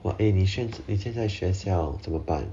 !wah! eh 你现在学校怎么办